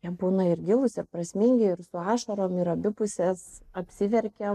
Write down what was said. jie būna ir gilūs ir prasmingi ir su ašarom ir abi pusės apsiverkiam